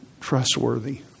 trustworthy